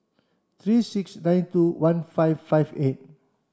three six nine two one five five eight